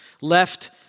left